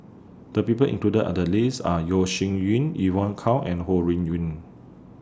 The People included Are The list Are Yeo Shih Yun Evon Kow and Ho Rui Yun